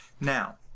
now,